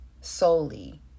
solely